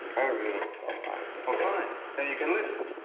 i don't really want to talk about it. well, fine. then you can listen,